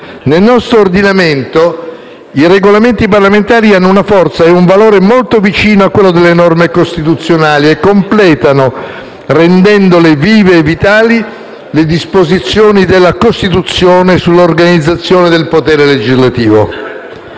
Nel nostro ordinamento i Regolamenti parlamentari hanno una forza e un valore molto vicini a quello delle norme costituzionali e completano, rendendole vive e vitali, le disposizioni della Costituzione sull'organizzazione del potere legislativo.